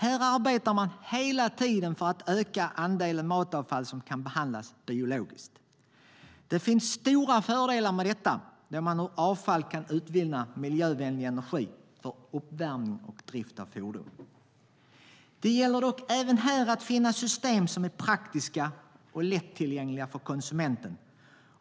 Här arbetar man hela tiden för att öka andelen matavfall som kan behandlas biologiskt. Det finns stora fördelar med detta då man ur avfall kan utvinna miljövänlig energi för uppvärmning och drift av fordon. För att vi ska kunna nå längre gäller dock även här att finna system som är praktiska och lättillgängliga för konsumenten.